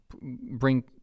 bring